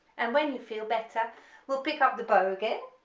and when you feel better we'll pick up the bow again,